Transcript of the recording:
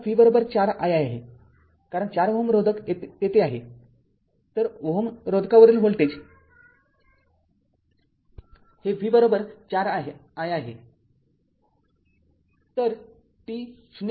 तरआता V४ i आहे कारण ४Ω रोधक तेथे आहे तर ४Ω रोधकावरील व्होल्टेज हे V४ i आहे